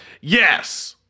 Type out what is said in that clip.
Yes